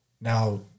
Now